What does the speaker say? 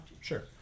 Sure